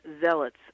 zealots